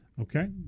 Okay